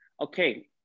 Okay